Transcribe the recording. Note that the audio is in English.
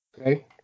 Okay